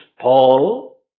Paul